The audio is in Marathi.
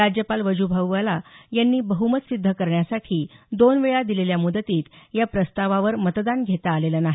राज्यपाल वज्भाई वाला यांनी बह्मत सिद्ध करण्यासाठी दोन वेळा दिलेल्या मुदतीत या प्रस्तावावर मतदान घेता आलेलं नाही